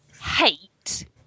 hate